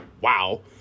wow